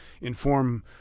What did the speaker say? inform